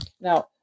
Now